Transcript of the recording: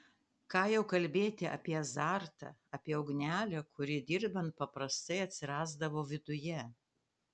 ką jau kalbėti apie azartą apie ugnelę kuri dirbant paprastai atsirasdavo viduje